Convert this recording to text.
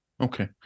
Okay